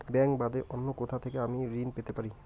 Bank বাদে অন্য কোথা থেকে আমি ঋন পেতে পারি?